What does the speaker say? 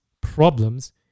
problems